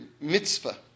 mitzvah